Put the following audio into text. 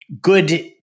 good